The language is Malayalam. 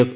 എഫ്